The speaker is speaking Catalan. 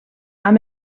amb